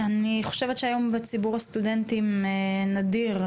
אני חושבת שהיום, בציבור בסטודנטים, זה נדיר.